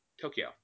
tokyo